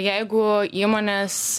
jeigu įmonės